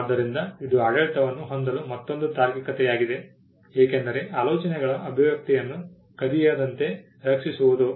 ಆದ್ದರಿಂದ ಇದು ಆಡಳಿತವನ್ನು ಹೊಂದಲು ಮತ್ತೊಂದು ತಾರ್ಕಿಕತೆಯಾಗಿದೆ ಏಕೆಂದರೆ ಆಲೋಚನೆಗಳ ಅಭಿವ್ಯಕ್ತಿಯನ್ನು ಕದಿಯದಂತೆ ರಕ್ಷಿಸುವುದು